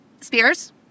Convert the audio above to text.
Spears